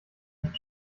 nicht